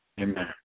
Amen